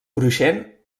cruixent